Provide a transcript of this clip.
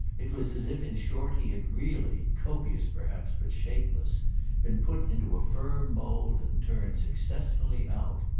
it was as if in short he had really, copious perhaps but shapeless been put into a firm mould and turned successfully out.